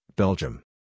Belgium